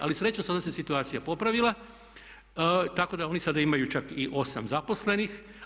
Ali srećom sada se situacija popravila tako da oni sada imaju čak i 8 zaposlenih.